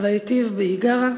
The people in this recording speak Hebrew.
הוה יתיב באיגרא,